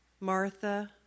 Martha